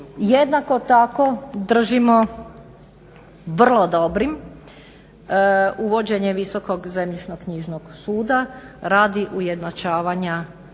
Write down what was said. Jednako tako držimo vrlo dobrim uvođenje Visokog zemljišno-knjižnog suda radi ujednačavanja